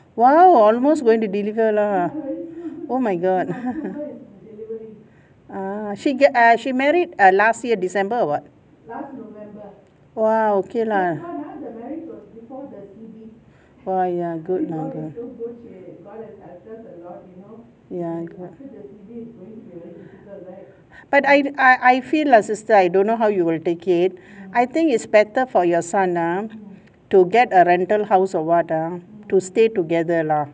!wow! almost going to deliver lah oh my god ah she get ah she married err last year december or what !wah! okay lah oh ya good lah ya but I I I feel lah sister I don't know how you will take it I think it's better for your son ah to get a rental house or what ah to stay together lah